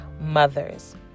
mothers